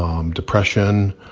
um depression,